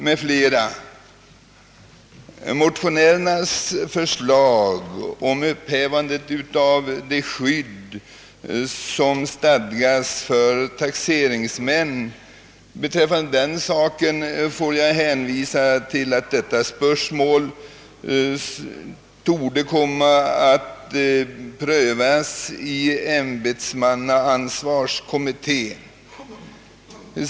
Beträffande motionärernas förslag om upphävande av det skydd som stadgas för taxeringsmän hänvisar jag till att detta spörsmål torde komma att prövas av ämbetsansvarskommittén.